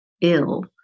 ill